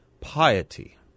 piety